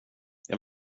jag